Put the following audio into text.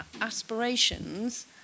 aspirations